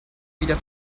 wieder